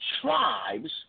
tribes